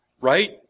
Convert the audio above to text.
right